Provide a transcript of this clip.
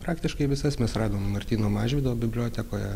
praktiškai visas mes radom martyno mažvydo bibliotekoje